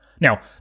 Now